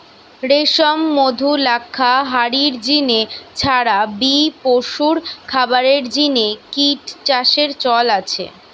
রেশম, মধু, লাক্ষা হারির জিনে ছাড়া বি পশুর খাবারের জিনে কিট চাষের চল আছে